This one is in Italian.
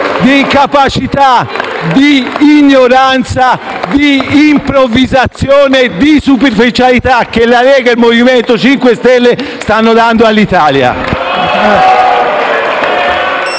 *e M5S**)*, di ignoranza, di improvvisazione e di superficialità che la Lega e il MoVimento 5 Stelle stanno dando all'Italia.